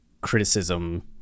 criticism